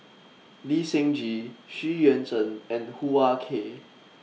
Lee Seng Gee Xu Yuan Zhen and Hoo Ah Kay